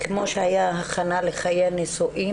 כמו שהיה הכנה לחיי הנישואין?